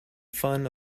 fun